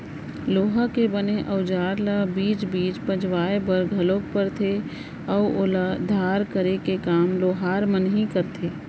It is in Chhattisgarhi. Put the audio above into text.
लोहा के बने अउजार ल बीच बीच पजवाय बर घलोक परथे अउ ओला धार करे के काम लोहार मन ही करथे